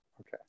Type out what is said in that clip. okay